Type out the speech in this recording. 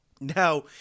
Now